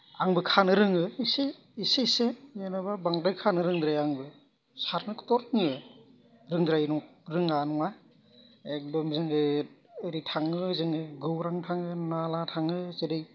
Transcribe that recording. आंबो खानो रोङो एसे एसे एसे जेनेबा बांद्राय खानो रोंद्राया आंबो सारनोखौथ' रोङो रोंद्रायि नङा रोङा नङा एखदम जोङो ओरै थाङो जोङो गौरां थाङो नाला थाङो जेरै